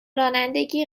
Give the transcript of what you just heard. رانندگی